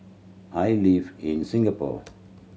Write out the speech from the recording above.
I live in Singapore